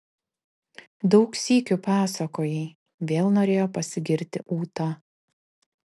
daug sykių pasakojai vėl norėjo pasigirti ūta